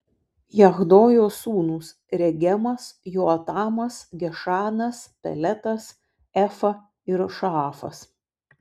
jahdojo sūnūs regemas joatamas gešanas peletas efa ir šaafas